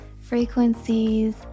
frequencies